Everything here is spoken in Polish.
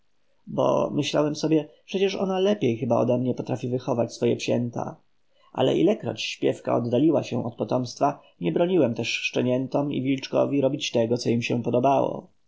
bo myślałem sobie przecież ona lepiej chyba odemnie potrafi wychować swoje psięta ale ilekroć śpiewka oddaliła się od potomstwa nie broniłem też szczeniętom i wilczkowi robić co im się podobało